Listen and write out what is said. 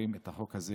מעבירים את החוק הזה